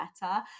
better